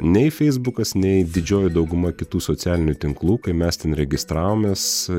nei feisbukas nei didžioji dauguma kitų socialinių tinklų kai mes ten registravomės